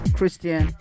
Christian